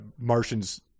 Martians